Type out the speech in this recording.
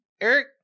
Eric